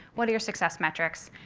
what are your success metrics?